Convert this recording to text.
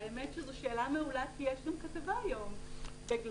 האמת, זו שאלה מעולה כי יש גם כתבה היום בגלובס,